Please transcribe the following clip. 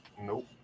Nope